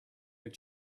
your